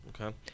Okay